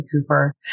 Cooper